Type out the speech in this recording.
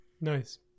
Nice